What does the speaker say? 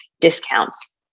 discounts